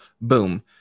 boom